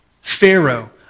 Pharaoh